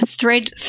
thread